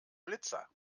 blitzer